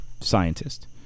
scientist